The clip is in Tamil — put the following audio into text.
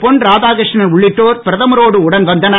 பொன்ராதாகிருஷ்ணன் உள்ளிட்டோர் பிரதமரோடு உடன் வந்தனர்